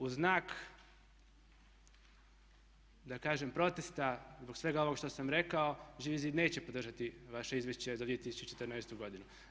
U znak da kažem protesta zbog svega ovog što sam rekao Živi zid neće podržati vaše Izvješće za 2014. godinu.